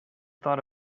thought